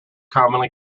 commonly